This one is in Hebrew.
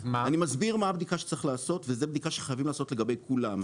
אני מסביר מה הבדיקה שצריך לעשות וזאת בדיקה שצריך לעשות לגבי כולם,